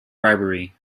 bribery